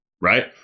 right